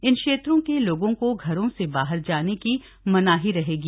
इन क्षेत्रों के लोगों को घरों से बाहर जाने की मनाही रहेगी